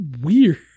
weird